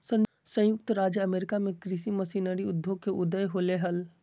संयुक्त राज्य अमेरिका में कृषि मशीनरी उद्योग के उदय होलय हल